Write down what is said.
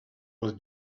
was